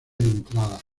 entrada